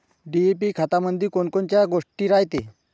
DAP खतामंदी कोनकोनच्या गोष्टी रायते?